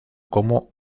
como